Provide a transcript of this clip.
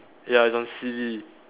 ya it's on silly